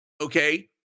Okay